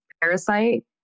Parasite